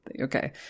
okay